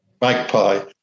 magpie